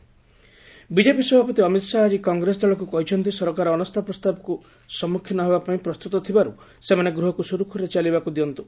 Amit Shah BJP ସଭାପତି ଅମିତ୍ ଶାହା ଆଜି କଂଗ୍ରେସ ଦଳକୁ କହିଛନ୍ତି ସରକାର ଅନାସ୍ଥା ପ୍ରସ୍ତାବକୁ ସମ୍ମୁଖୀନ ହେବାପାଇଁ ପ୍ରସ୍ତୁତ ଥିବାରୁ ସେମାନେ ଗୃହକୁ ସୁରୁଖୁରୁରେ ଚାଲିବାକୁ ଦିଅନ୍ତୁ